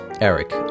Eric